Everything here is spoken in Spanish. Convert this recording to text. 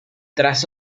tras